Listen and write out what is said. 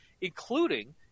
including –